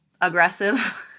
aggressive